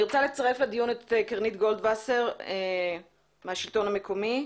אני רוצה לצרף לדיון את קרנית גולדווסר מהשלטון המקומי.